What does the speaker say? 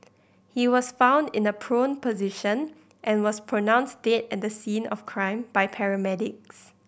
he was found in a prone position and was pronounced dead at the scene of crime by paramedics